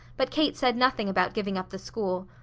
but kate said nothing about giving up the school.